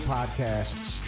Podcasts